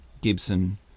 Gibson